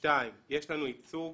שניים, יש לנו יצוג